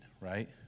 right